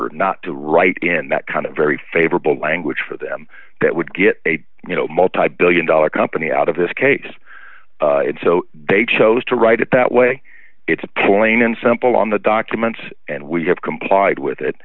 drafter not to write in that kind of very favorable language for them that would get a you know multibillion dollar company out of this case so they chose to write it that way it's plain and simple on the documents and we have complied with it